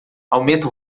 aumenta